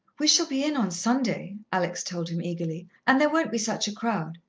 we shall be in on sunday, alex told him eagerly, and there won't be such a crowd.